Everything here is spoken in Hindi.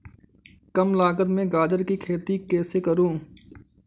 कम लागत में गाजर की खेती कैसे करूँ?